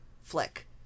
flick